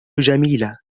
جميلة